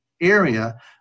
area